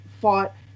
fought